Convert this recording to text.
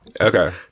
Okay